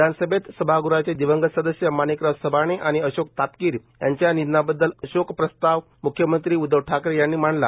विधानसभेत सभागृहाचे दिवंगत सदस्य माणिकराव सबाणे आणि अशोक तापकीर यांच्या निधनाबद्दल शोक प्रस्ताव म्ख्यमंत्री उद्धव ठाकरे यांनी मांडला